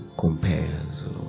compares